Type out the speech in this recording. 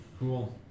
cool